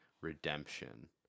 Redemption